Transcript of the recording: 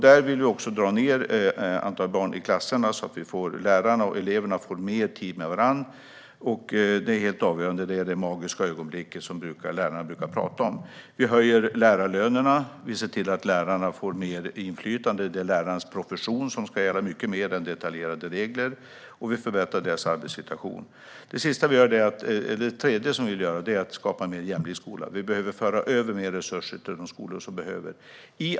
Vi vill också dra ned på antalet barn i dessa klasser så att lärarna och eleverna får mer tid med varandra. Det är helt avgörande. Det är det magiska ögonblicket, som lärarna brukar tala om. Vi höjer lärarlönerna. Vi ser till att lärarna får mer inflytande. Lärarnas profession ska gälla mycket mer än detaljerade regler, och vi förbättrar deras arbetssituation. Det är det andra. Det tredje vi vill göra är att skapa en mer jämlik skola. Vi behöver föra över mer resurser till de skolor som behöver det.